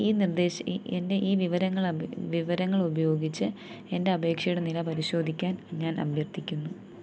ഈ നിർദ്ദേശം എൻ്റെ ഈ വിവരങ്ങൾ വിവരങ്ങളുപയോഗിച്ച് എന്റെ അപേക്ഷയുടെ നില പരിശോധിക്കാൻ ഞാൻ അഭ്യർഥിക്കുന്നു